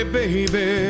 baby